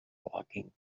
woking